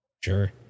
Sure